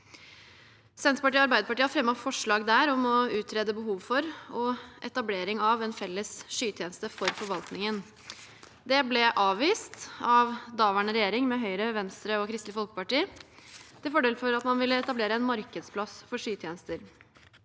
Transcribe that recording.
Senterpartiet og Arbeiderpartiet fremmet der forslag om å utrede behov for og etablering av en felles skytjeneste for forvaltningen. Dette ble avvist av daværende regjering med Høyre, Venstre og Kristelig Folkeparti til fordel for å etablere en markedsplass for skytjenester.